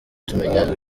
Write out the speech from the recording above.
tumenya